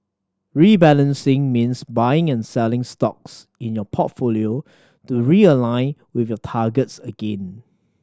rebalancing means buying and selling stocks in your portfolio to realign with your targets again